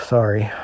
Sorry